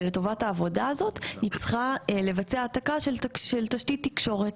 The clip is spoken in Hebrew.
ולטובת העבודה הזאת היא צריכה לבצע העתקה של תשתית תקשורת,